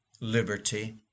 liberty